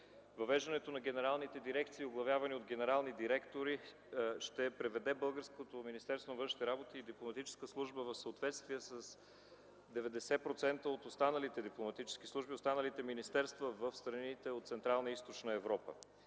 Въвеждането на генералните дирекции, оглавявани от генерални директори, ще приведе българското Министерство на външните работи и дипломатическа служба в съответствие с 90% от останалите дипломатически служби, останалите министерства в страните от Централна и Източна Европа